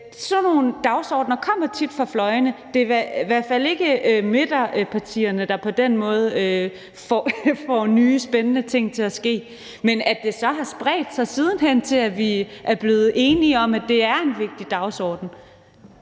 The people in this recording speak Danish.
Sådan nogle dagsordener kommer tit fra fløjene; det er i hvert fald ikke midterpartierne, der på den måde får nye spændende ting til at ske. Men at det så siden hen har spredt sig til, at vi er blevet enige om, at det er en vigtig dagsorden,